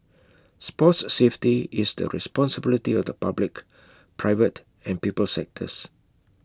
sports safety is the responsibility of the public private and people sectors